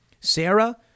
Sarah